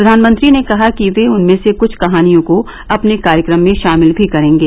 प्रधानमंत्री ने कहा कि ये उनमें से कुछ कहानियों को अपने कार्यक्रम में शामिल भी करेंगे